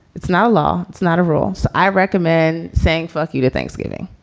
it's not a law. it's not a rules. i recommend saying fuck you to thanksgiving.